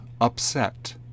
upset